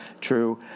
true